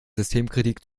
systemkritik